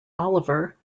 oliver